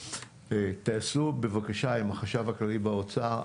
תעשו בבקשה עם החשב הכללי באוצר.